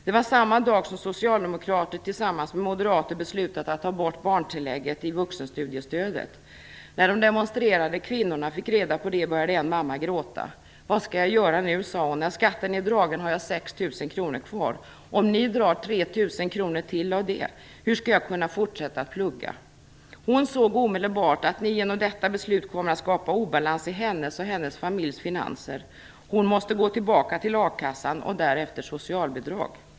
Det var samma dag som socialdemokrater tillsammans med moderater beslutat att ta bort barntillägget i vuxenstudiestödet. När de demonstrerande kvinnorna fick reda på det började en mamma gråta. "Vad skall jag göra nu?" sade hon. "När skatten är dragen har jag 6 000 kr kvar. Hur skall jag kunna fortsätta plugga om ni drar 3 000 kr till av det?" Hon såg omedelbart att ni genom detta beslut kommer att skapa obalans i hennes och hennes familjs finanser. Hon måste gå tillbaka till a-kassan och därefter socialbidrag.